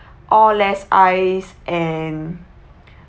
all less ice and